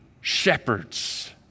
shepherds